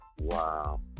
Wow